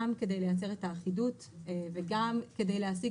גם כדי לייצר אלת האחידות וגם כדי להשיג